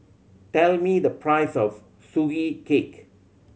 tell me the price of Sugee Cake